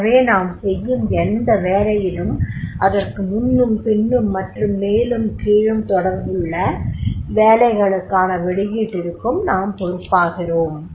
எனவே நாம் செய்யும் எந்த வேலையிலும் அதற்கு முன்னும் பின்னும் மற்றும் மேலும் கீழும் தொடர்புள்ள வேலைகளுக்கான வெளியீட்டிற்கும் நாம் பொறுப்பாகிறோம்